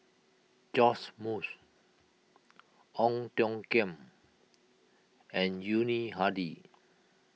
Joash Moo Ong Tiong Khiam and Yuni Hadi